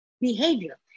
behavior